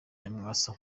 nyamwasa